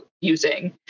using